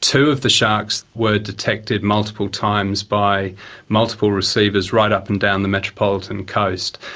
two of the sharks were detected multiple times by multiple receivers right up and down the metropolitan coast.